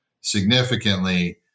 significantly